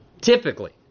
typically